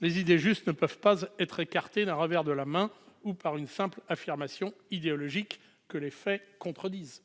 Les idées justes ne peuvent pas être écartées d'un revers de la main ou par une simple affirmation idéologique contredite